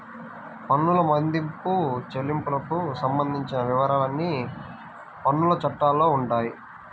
పన్నుల మదింపు, చెల్లింపులకు సంబంధించిన వివరాలన్నీ పన్నుల చట్టాల్లో ఉంటాయి